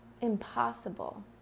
impossible